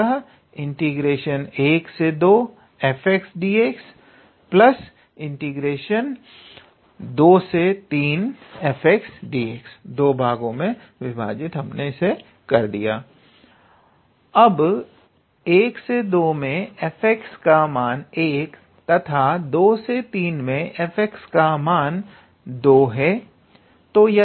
अतः 12fdx23fdx अब 12 मे f का मान 1 है और 23 मे f का मान 2 है